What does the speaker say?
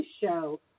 show